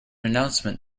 announcement